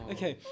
Okay